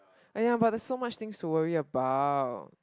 !aiya! but there's so much things to worry about